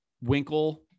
Winkle